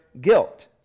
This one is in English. guilt